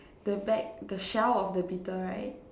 the back the shell of the beetle right